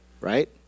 right